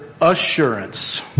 Assurance